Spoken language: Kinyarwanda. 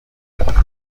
udakunda